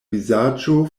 vizaĝo